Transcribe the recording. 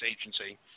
Agency